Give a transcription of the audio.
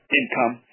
income